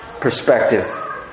perspective